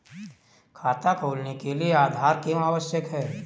खाता खोलने के लिए आधार क्यो आवश्यक है?